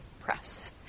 Press